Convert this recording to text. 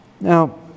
Now